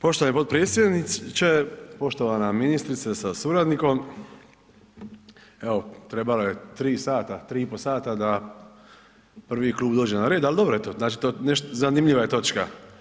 Poštovani potpredsjedniče, poštovana ministrice sa suradnikom, evo trebalo je 3 sata, 3 i po sata da prvi klub dođe na red, al dobro je to, znači zanimljiva je točka.